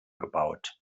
gebaut